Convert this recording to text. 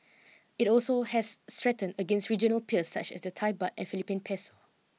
it also has strengthened against regional peers such as the Thai baht and Philippine Peso